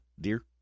dear